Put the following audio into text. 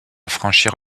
franchir